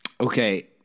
okay